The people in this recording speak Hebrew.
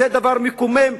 זה דבר מקומם,